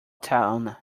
town